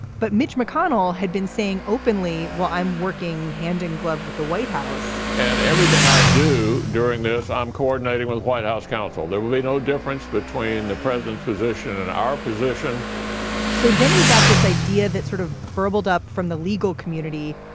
but mitch mcconnell had been saying openly, well, i'm working hand in glove with the white house and everything i do during this, i'm coordinating with the white house counsel there will be no difference between the president's position and our position so then we got this idea that sort of burbled up from the legal community.